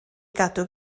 gadw